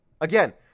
Again